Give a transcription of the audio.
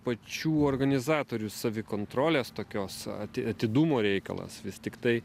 pačių organizatorių savikontrolės tokios ati atidumo reikalas vis tiktai